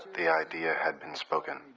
the idea had been spoken.